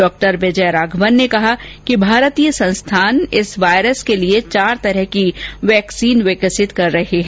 डॉ विजयराधवन ने कहा कि भारतीय संस्थान इस वायरस के लिए चार तरह की वैक्सीन विकसित कर रहे है